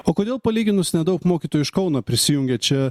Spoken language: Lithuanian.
o kodėl palyginus nedaug mokytojų iš kauno prisijungė čia